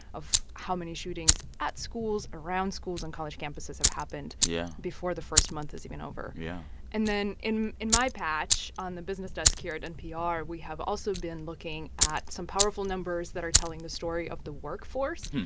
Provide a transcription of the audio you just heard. of how many shootings at schools, around schools and college campuses have happened. yeah. before the first month is even over yeah and then, in in my patch, on the business desk here at npr, we have also been looking at some powerful numbers that are telling the story of the workforce.